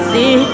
See